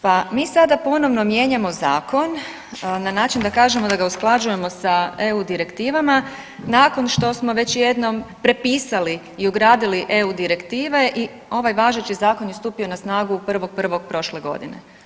Pa mi sada ponovno mijenjamo zakon na način da kažemo da ga usklađujemo sa EU direktivama nakon što smo već jednom prepisali i ugradili EU direktive i ovaj važeći zakon je stupio na snagu 1.1. prošle godine.